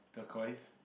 Turquoise